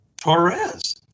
Torres